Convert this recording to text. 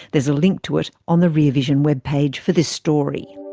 there's a link to it on the rear vision web page for this story.